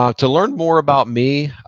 ah to learn more about me,